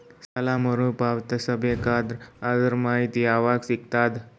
ಸಾಲ ಮರು ಪಾವತಿಸಬೇಕಾದರ ಅದರ್ ಮಾಹಿತಿ ಯವಾಗ ಸಿಗತದ?